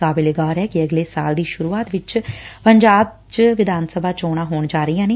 ਕਾਬਿਲੇ ਗੌਰ ਐ ਕੈ ਅਗਲੇ ਸਾਲ ਦੀ ਸ਼ਰੁਆਤ ਵਿਚੋਂ ਪੰਜਾਬ ਰਾਜ ਵਿਚੋਂ ਵਿਧਾਨ ਸਭਾ ਚੋਣਾ ਹੋਣ ਜਾ ਰਹੀਆਂ ਨੇ